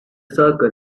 circle